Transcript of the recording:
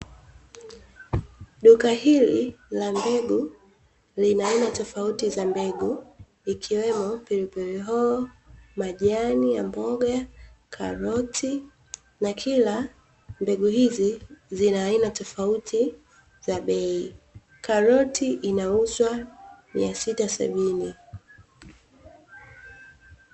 Duka hili la mbegu lina aina tofauti za mbegu ikiwemo; pili pili hoho, majani ya mboga, karoti na kila mbegu hizi zina aina tofauti za bei, karoti inauzwa mia sita sabini.